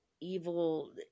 evil